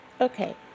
okay